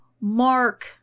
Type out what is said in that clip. Mark